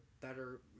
better